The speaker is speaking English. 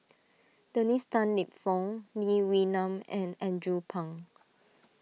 Dennis Tan Lip Fong Lee Wee Nam and Andrew Phang